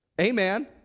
Amen